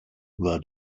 war